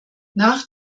nach